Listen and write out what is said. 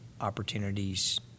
opportunities